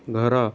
ଘର